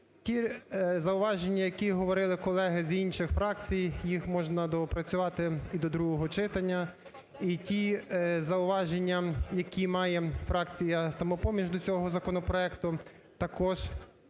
ті зауваження, які говорили колеги з інших фракцій, їх можна доопрацювати і до другого читання. І ті зауваження, які має фракція "Самопоміч" до цього законопроекту, також будуть